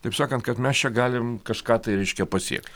taip sakant kad mes čia galim kažką tai reiškia pasiekt